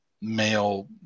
male